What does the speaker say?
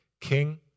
king